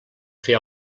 fer